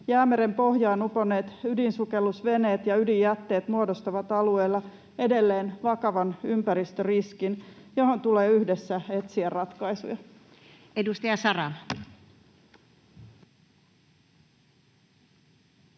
Jäämeren pohjaan uponneet ydinsukellusveneet ja ydinjätteet muodostavat alueella edelleen vakavan ympäristöriskin, johon tulee yhdessä etsiä ratkaisuja. Edustaja Saramo.